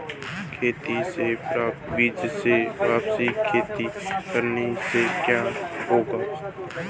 खेती से प्राप्त बीज से वापिस खेती करने से क्या होगा?